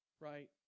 right